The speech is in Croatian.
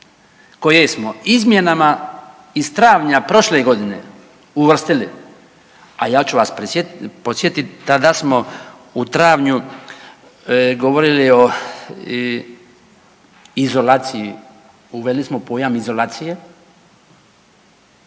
koje smo izmjenama iz travnja prošle godine uvrstili, a ja ću vas podsjetiti tada smo u travnju govorili o izolaciji, uveli smo pojam izolacije